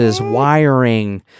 wiring